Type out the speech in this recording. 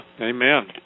amen